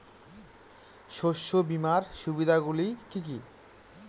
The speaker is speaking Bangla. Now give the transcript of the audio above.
শস্য বিমার সুবিধাগুলি কি কি?